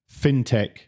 fintech